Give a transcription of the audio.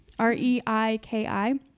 R-E-I-K-I